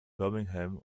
birmingham